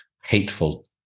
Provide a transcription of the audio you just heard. hateful